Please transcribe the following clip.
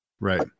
right